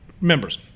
members